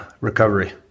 recovery